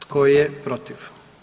Tko je protiv?